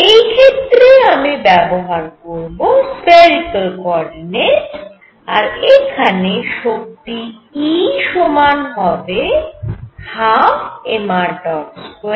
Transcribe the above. এই ক্ষেত্রে আমি ব্যবহার করব স্ফেরিকাল কোওরডিনেট আর এখানে শক্তি E সমান হবে 12mr212mr2212mr22 kr